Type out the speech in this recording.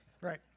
Right